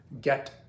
get